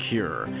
Cure